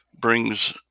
brings